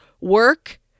work